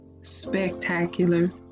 spectacular